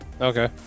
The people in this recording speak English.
Okay